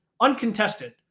uncontested